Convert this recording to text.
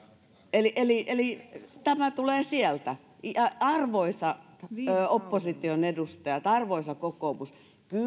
eli eli tämä tulee sieltä ja arvoisat opposition edustajat arvoisa kokoomus